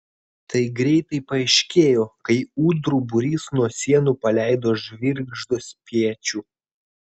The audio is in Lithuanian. tai greitai paaiškėjo kai ūdrų būrys nuo sienų paleido žvirgždo spiečių